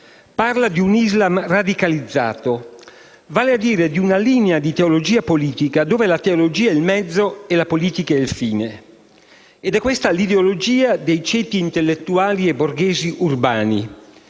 parla di un Islam radicalizzato, vale a dire di una linea di teologia politica entro la quale la teologia è il mezzo e la politica è il fine. È questa l'ideologia di ceti intellettuali e borghesi urbani,